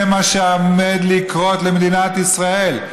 זה מה שעומד לקרות למדינת ישראל,